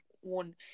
one